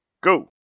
go